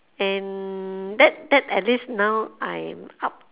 and that that at least now I'm up